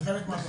זה חלק מהתכנית.